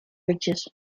ridges